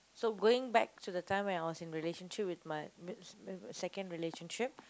so going back to the time when I was in relationship with my m~ m~ second relationship